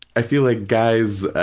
i feel like guys,